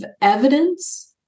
evidence